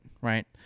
right